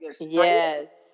Yes